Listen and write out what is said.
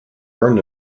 burned